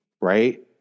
right